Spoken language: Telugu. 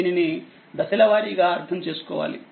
దీనిని దశల వారీగా అర్థం చేసుకోవాలి